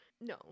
No